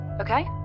Okay